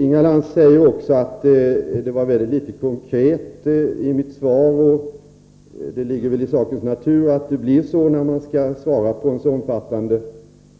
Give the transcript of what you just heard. Inga Lantz säger också att det var mycket litet konkret i mitt svar. Det ligger i sakens natur att det blir så, när man skall svara på en så omfattande